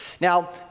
Now